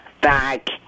back